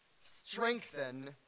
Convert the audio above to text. strengthen